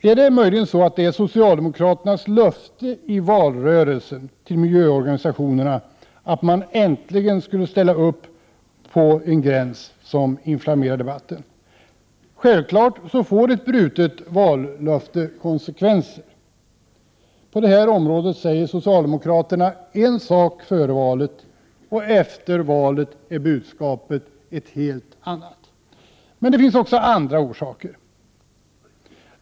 Är det möjligen socialdemokraternas löfte till miljöorganisationerna i valrörelsen om att man äntligen skulle ställa upp på en gräns, som inflammerar debatten? Självfallet får ett brutet vallöfte konsekvenser. På det här området säger socialdemokraterna en sak före valet, och efter valet är budskapet ett helt annat. Det finns även andra orsaker.